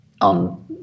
on